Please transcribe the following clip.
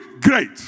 great